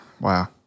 wow